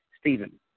Stephen